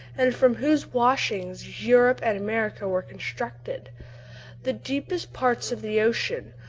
and from whose washings europe and america were constructed the deepest parts of the ocean,